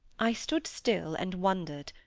i stood still and wondered.